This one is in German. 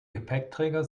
gepäckträger